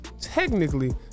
technically